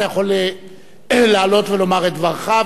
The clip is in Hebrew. אתה יכול לעלות ולומר את דברך.